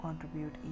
contribute